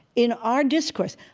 in our discourse.